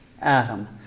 Adam